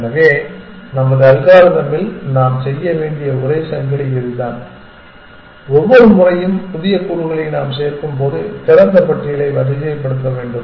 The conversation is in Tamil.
எனவே நமது அல்காரிதமில் நாம் செய்ய வேண்டிய ஒரே சங்கிலி இதுதான் ஒவ்வொரு முறையும் புதிய கூறுகளை நாம் சேர்க்கும்போது திறந்த பட்டியலை வரிசைப்படுத்த வேண்டும்